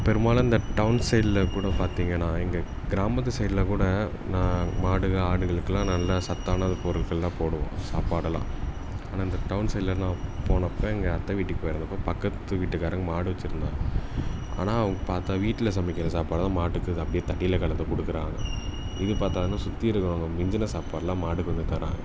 பெரும்பாலும் இந்த டவுன் சைடில்க்கூட பார்த்திங்கன்னா எங்கள் கிராமத்து சைடில்க்கூட நான் மாடுகள் ஆடுகளுக்கெல்லாம் நல்லா சத்தமான பொருட்களெல்லாம் போடுவோம் சாப்பாடெல்லாம் ஆனால் இந்த டவுன் சைட்லெல்லாம் போனப்போ எங்கள் அத்தை வீட்டுக்கு போயிருந்தப்போ பக்கத்து வீட்டுக்காரங்கள் மாடு வைச்சுருந்தாங்க ஆனால் அவங்க பார்த்தா வீட்டில் சமைக்கிற சாப்பாடை தான் மாட்டுக்கு அப்படியே தண்ணியில் கலந்து கொடுக்குறாங்க இது பற்றாதுன்னு சுற்றி இருக்கிறவங்க மிஞ்சின சாப்பாட்டெல்லாம் மாடுக்கு வந்து தர்றாங்க